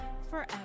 forever